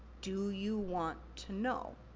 do you want to know?